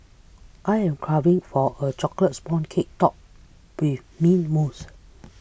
I am craving for a Chocolate Sponge Cake Topped with Mint Mousse